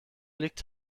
liegt